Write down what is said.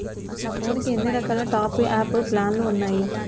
నా ఫోన్ కి ఎన్ని రకాల టాప్ అప్ ప్లాన్లు ఉన్నాయి?